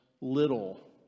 little